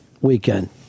weekend